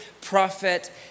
prophet